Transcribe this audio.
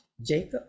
Jacob